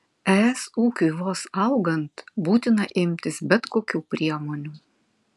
es ūkiui vos augant būtina imtis bet kokių priemonių